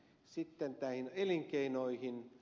sitten elinkeinoihin